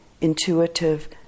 intuitive